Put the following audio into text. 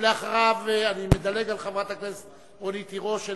אני מדלג על חברת הכנסת רונית תירוש,